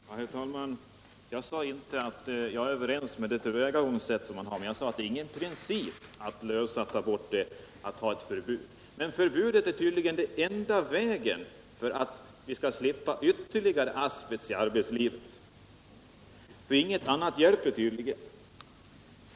Herr talman! Jag sade inte att jag accepterar det tillvägagångssätt som nu tillämpas utan jag sade, att det inte är något principiellt krav för mig att stoppa asbesten genom förbud. Men förbud är kanske den enda vägen som gör det möjligt för oss att slippa ytterligare asbest i arbetslivet - inget annat hjälper tydligen.